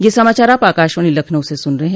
ब्रे क यह समाचार आप आकाशवाणी लखनऊ से सुन रहे हैं